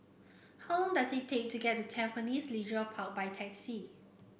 how long does it take to get to Tampines Leisure Park by taxi